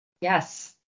Yes